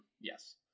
yes